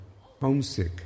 homesick